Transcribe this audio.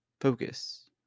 focus